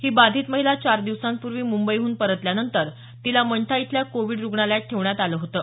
ही बाधित महिला चार दिवसांपूर्वी मुंबईहून परतल्यानंतर तिला मंठा इथल्या कोवीड रुग्णालयात ठेवण्यात आलं होतं